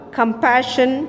compassion